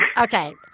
Okay